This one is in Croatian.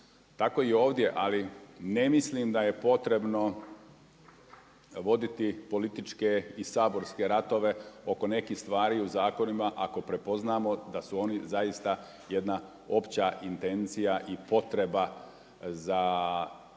Tako i ovdje ali ne mislim da je potrebno voditi političke i saborske ratove oko nekih stvari u zakonima ako prepoznamo da su oni zaista jedna opća intencija i potreba za